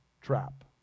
trap